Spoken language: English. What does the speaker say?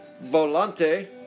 volante